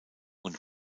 und